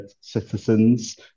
citizens